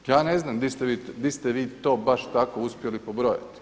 Ja ne znam di ste vi to baš tako uspjeli pobrojati.